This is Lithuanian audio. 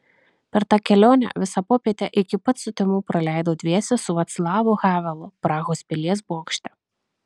per tą kelionę visą popietę iki pat sutemų praleidau dviese su vaclavu havelu prahos pilies bokšte